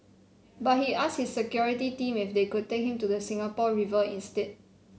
but he asked his security team if they could take him to the Singapore River instead